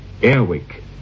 Airwick